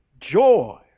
joy